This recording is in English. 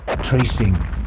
tracing